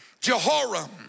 Jehoram